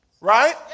right